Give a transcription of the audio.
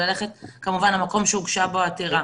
וללכת כמובן למקום שהוגשה בו העתירה,